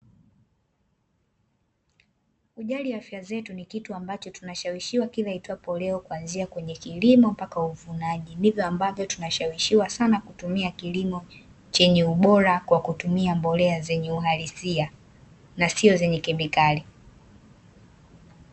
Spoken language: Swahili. Kujali afya zetu ni kitu ambacho tunashawishiwa kila iitwapo leo, kuanzia kwenye kilimo mpaka uvunaji, ndivyo ambapo tunashawishiwa sana kutumia kilimo chenye ubora kwa kutumia mbolea zenye uasilia na sio zenye kemikali.